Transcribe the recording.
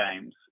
games